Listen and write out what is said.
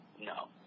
No